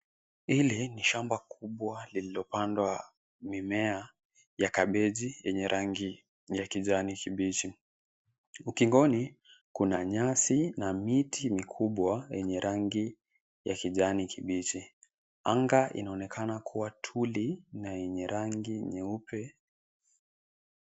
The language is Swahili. Hili ni shamba kubwa lililopandwa mimea ya kabeji yenye rangi ya kijani kibichi ukingoni kuna nyasi na miti mikubwa yenye rangi ya kijani kibichi anga inaonekana kua tuli na yenye rangi nyeupe.